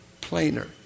plainer